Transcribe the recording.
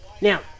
Now